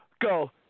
go